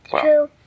two